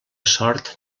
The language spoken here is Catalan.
sort